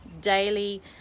Daily